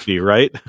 right